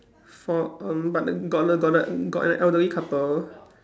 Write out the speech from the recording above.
for um but the got the got the got the elderly couple